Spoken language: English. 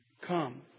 come